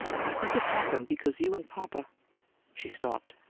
i think it happened because you and papa she stopped.